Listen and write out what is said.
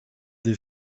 des